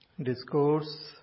discourse